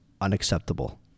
unacceptable